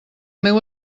meu